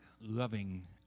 loving